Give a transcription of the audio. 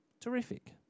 Terrific